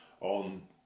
on